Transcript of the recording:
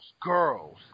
girls